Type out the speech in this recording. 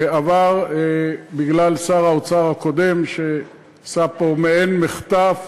שעבר בגלל שר האוצר הקודם, שעשה פה מעין מחטף